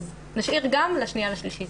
אז נשאיר גם להכנה לקריאה השנייה והשלישית.